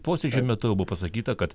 posėdžio metu jau buvo pasakyta kad